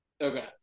Okay